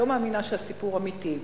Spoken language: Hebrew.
לא הייתי מאמינה שהסיפור אמיתי.